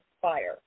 fire